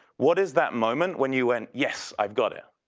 what is that moment when you went, yes, i've got it.